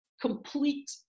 complete